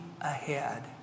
ahead